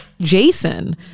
Jason